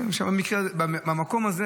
במקום הזה,